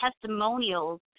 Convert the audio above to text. testimonials